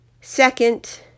Second